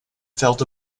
felt